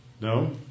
No